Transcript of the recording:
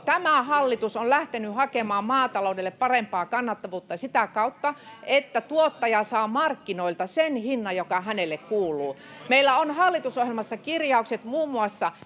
Tämä hallitus on lähtenyt hakemaan maataloudelle parempaa kannattavuutta sitä kautta, että tuottaja saa markkinoilta sen hinnan, joka hänelle kuuluu. Meillä on hallitusohjelmassa kirjaukset muun muassa